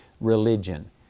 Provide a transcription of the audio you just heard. religion